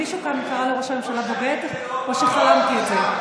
מישהו כאן קרא לראש הממשלה בוגד או שחלמתי את זה?